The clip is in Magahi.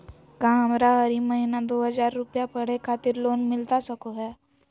का हमरा हरी महीना दू हज़ार रुपया पढ़े खातिर लोन मिलता सको है?